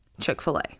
Chick-fil-A